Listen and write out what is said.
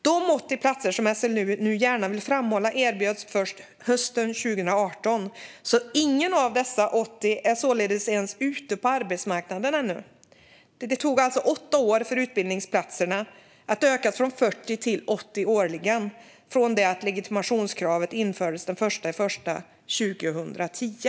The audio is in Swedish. De 80 platser som SLU nu gärna vill framhålla erbjöds först hösten 2018, så ingen av dessa 80 är ännu ens ute på arbetsmarknaden. Det tog alltså åtta år för att antalet utbildningsplatser skulle öka från 40 till 80 årligen från det att legitimationskravet infördes den 1 januari 2010.